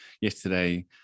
yesterday